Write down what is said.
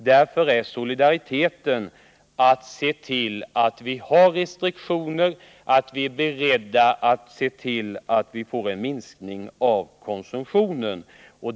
Därför innebär solidariteten att vi skall se till att vi har restriktioner som leder till att det blir en minskning av konsumtionen.